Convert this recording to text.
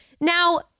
Now